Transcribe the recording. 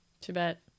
Tibet